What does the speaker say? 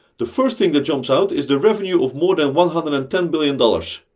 the first thing that jumps out is the revenue of more than one hundred and ten billion dollars.